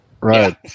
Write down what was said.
Right